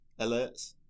alerts